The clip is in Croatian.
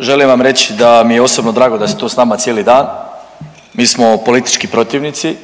želim vam reći da mi je osobno drago da ste tu s nama cijeli dan, mi smo politički protivnici